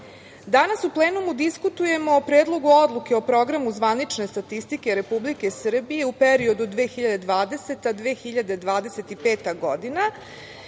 u plenumu diskutujemo o Predlogu odluke o Programu zvanične statistike Republike Srbije u periodu 2020-2025. godina,